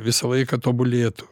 visą laiką tobulėtų